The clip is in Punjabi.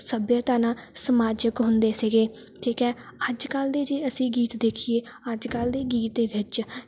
ਸੱਭਿਅਤਾ ਨਾਲ ਸਮਾਜਿਕ ਹੁੰਦੇ ਸੀਗੇ ਠੀਕ ਹੈ ਅੱਜ ਕੱਲ੍ਹ ਦੇ ਜੇ ਅਸੀਂ ਗੀਤ ਦੇਖੀਏ ਅੱਜ ਕੱਲ੍ਹ ਦੇ ਗੀਤ ਦੇ ਵਿੱਚ